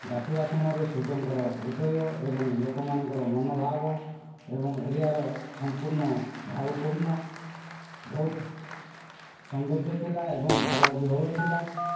ଡାକିବା ସମୟରେ ସୂର୍ଯ୍ୟଙ୍କର ଉଦୟ ଏବଂ ଲୋକମାନଙ୍କର ମନୋଭାବ ଏବଂ ଏରିଆର ସମ୍ପୂର୍ଣ୍ଣ ଭାବ ପୂର୍ଣ୍ଣ ବହୁତ ସୌନ୍ଦର୍ଯ୍ୟ ଥିଲା ଏବଂ ଭାବ ବିହ୍ଵଳ ଥିଲା